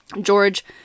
George